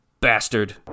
bastard